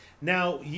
Now